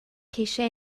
ceisio